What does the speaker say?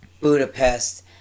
Budapest